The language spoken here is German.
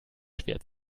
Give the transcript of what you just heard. schwer